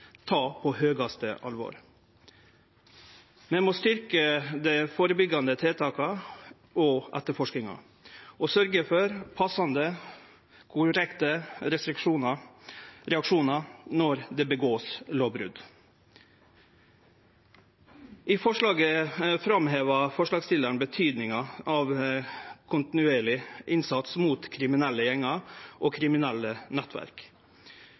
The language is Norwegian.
ta på høgaste alvor. Vi må styrkje dei førebyggjande tiltaka og etterforskinga og sørgje for passande og korrekte reaksjonar når det vert gjort lovbrot. I forslaget framhevar forslagsstillarane betydinga av kontinuerleg innsats mot kriminelle gjengar og kriminelle nettverk.